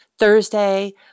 Thursday